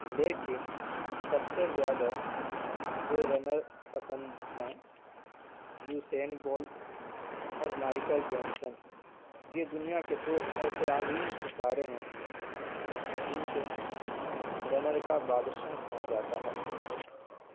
لیکن سب سے زیادہ جو رنر پسند ہیں یوسین بولٹ اور مائیکل جانسن یہ دنیا کے دو ایسے عظیم ستارے ہیں جن کو رنر کا بادشاہ کہا جاتا ہے